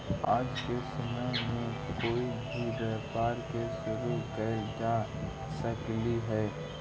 आज के समय में कोई भी व्यापार के शुरू कयल जा सकलई हे